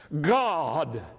God